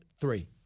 three